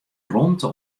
romte